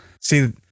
see